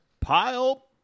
pile